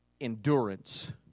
endurance